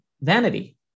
vanity